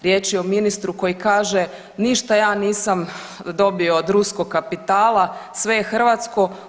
Riječ je o ministru koji kaže ništa ja nisam dobio od ruskog kapitala, sve je hrvatsko.